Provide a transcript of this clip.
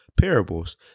parables